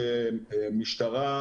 כמשטרה,